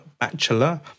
bachelor